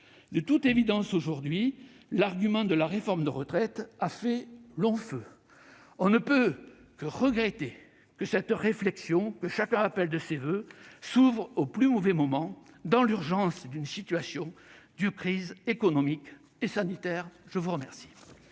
De toute évidence, l'argument de la réforme des retraites a fait long feu ... On ne peut que regretter que cette réflexion, que chacun appelle de ses voeux, s'ouvre au plus mauvais moment, dans l'urgence d'une situation de crise économique et sanitaire. Je suis saisi,